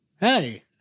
Hey